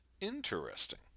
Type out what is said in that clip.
Interesting